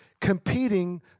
competing